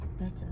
better